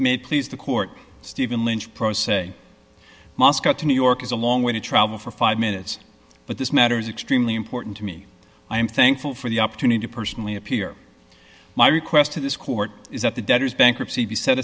may please the court stephen lynch pro se moscow to new york is a long way to travel for five minutes but this matter is extremely important to me i am thankful for the opportunity to personally appear my request to this court is that the debtors bankruptcy be set